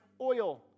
oil